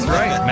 right